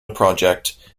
project